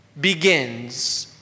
begins